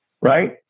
right